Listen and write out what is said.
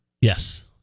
Yes